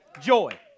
Joy